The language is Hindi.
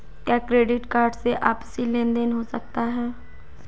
क्या क्रेडिट कार्ड से आपसी लेनदेन हो सकता है?